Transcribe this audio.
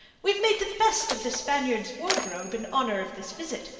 we've made the best of the spaniards' wardrobe in honour of this visit,